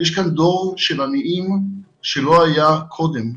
יש כאן דור של עניים שלא היה קודם.